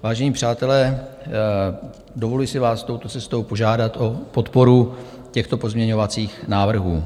Vážení přátelé, dovoluji si vás touto cestou požádat o podporu těchto pozměňovacích návrhů.